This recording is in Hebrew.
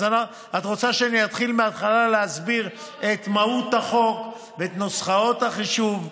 את רוצה שאני אתחיל מהתחלה להסביר את מהות החוק ואת נוסחאות החישוב?